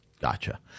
Gotcha